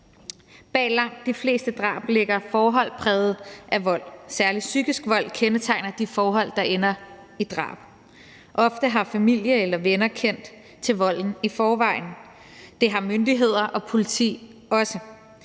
Bag langt de fleste drab ligger forhold præget af vold; særlig psykisk vold kendetegner de forhold, der ender i drab. Ofte har familie eller venner kendt til volden i forvejen. Det har myndigheder og politi også.